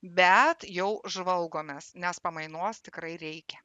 bet jau žvalgomės nes pamainos tikrai reikia